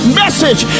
message